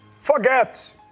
forget